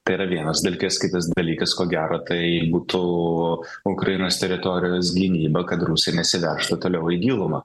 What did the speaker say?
tai yra vienas dalykas kitas dalykas ko gero tai būtų ukrainos teritorijos gynyba kad rusai nesiveržtų toliau į gilumą